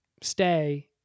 stay